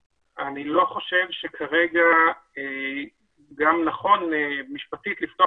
אני לא חושב שכרגע גם נכון משפטית לפתוח